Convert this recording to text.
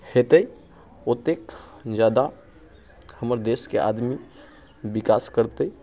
हेतै ओतेक जादा हमर देशके आदमी विकास करतै